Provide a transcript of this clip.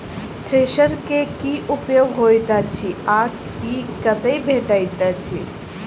Thresher केँ की उपयोग होइत अछि आ ई कतह भेटइत अछि?